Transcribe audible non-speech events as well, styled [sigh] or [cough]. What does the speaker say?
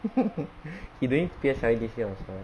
[laughs] he doing P_S_L_E this year also right